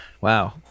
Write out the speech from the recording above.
Wow